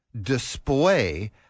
display